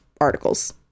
articles